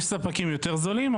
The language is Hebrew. יש ספקים יותר זולים,